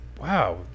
Wow